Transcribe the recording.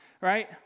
right